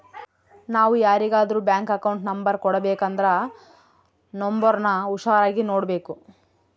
ನಾವು ಯಾರಿಗಾದ್ರೂ bank account number ಕೊಡಬೇಕಂದ್ರ ನೋಂಬರ್ನ ಹುಷಾರಾಗಿ ನೋಡ್ಬೇಕು